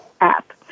app